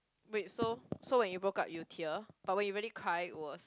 wait so so when you broke up you tear but when you really cry was